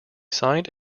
signed